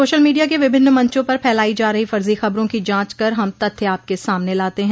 social media के विभिन्न मंचों पर फैलाई जा रही फर्जी खबरों की जांच कर हम तथ्य आपके सामने लाते हैं